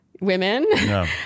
women